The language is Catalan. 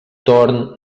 torn